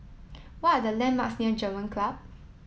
what are the landmarks near German Club